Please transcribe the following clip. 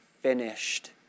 finished